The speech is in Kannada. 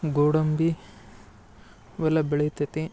ಗೋಡಂಬಿ ಇವೆಲ್ಲ ಬೆಳಿತೈತಿ